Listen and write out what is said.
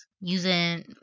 using